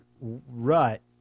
rut